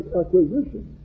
acquisition